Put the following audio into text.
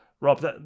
Rob